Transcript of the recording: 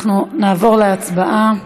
נעבור להצבעה.